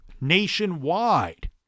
Nationwide